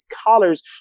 scholars